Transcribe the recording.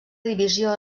divisió